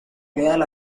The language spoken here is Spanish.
leal